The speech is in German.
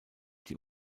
die